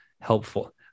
helpful